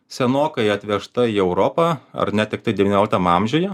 senokai atvežta į europą ar ne tiktai devynioliktam amžiuje